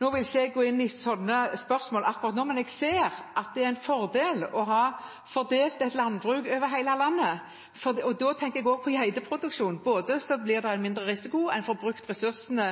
Nå vil ikke jeg gå inn i sånne spørsmål akkurat nå, men jeg ser at det er en fordel å ha et landbruk fordelt over hele landet, og da tenker jeg også på geiteproduksjonen. Da blir det både mindre risiko og en får brukt ressursene